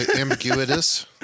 ambiguous